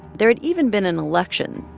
there had even been an election,